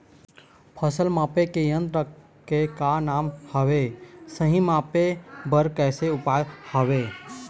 फसल मापे के यन्त्र के का नाम हवे, सही मापे बार कैसे उपाय हवे?